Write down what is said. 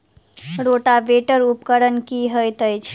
Rotavator उपकरण की हएत अछि?